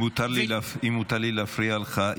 אם מותר לי להפריע לך,